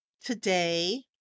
Today